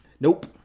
nope